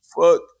Fuck